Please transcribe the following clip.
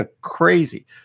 crazy